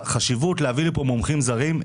החשיבות להביא לפה מומחים זרים,